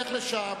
לך לשם.